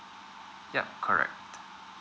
yup correct